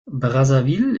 brazzaville